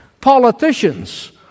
Politicians